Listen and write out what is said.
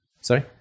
sorry